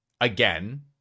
again